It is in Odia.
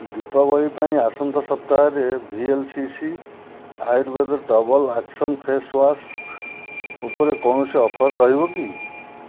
ଦୀପାବଳି ପାଇଁ ଆସନ୍ତା ସପ୍ତାହରେ V L C C Ayurveda double action face wash ଉପରେ କୌଣସି ଅଫର୍ ରହିବ କି